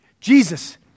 Jesus